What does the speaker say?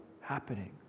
happening